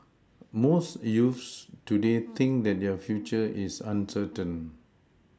most youths today think that their future is uncertain